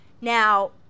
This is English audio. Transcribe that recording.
now